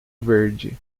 verde